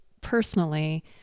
personally